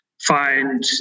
find